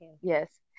Yes